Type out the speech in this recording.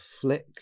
flick